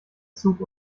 zug